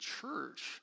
church